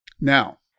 Now